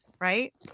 Right